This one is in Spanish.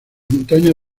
montañas